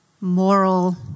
moral